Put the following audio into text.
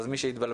אז מי שהתבלבל,